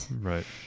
Right